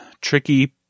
tricky